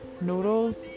noodles